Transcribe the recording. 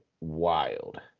wild